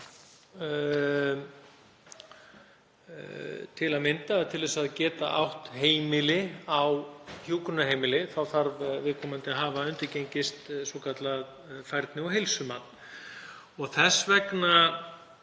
til að mynda að því að til þess að geta átt heimili á hjúkrunarheimili þurfi viðkomandi að hafa undirgengist svokallað færni- og heilsumat. Þess vegna